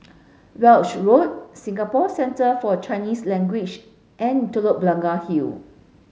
Weld Road Singapore Centre For Chinese Language and Telok Blangah Hill